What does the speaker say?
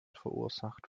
verursacht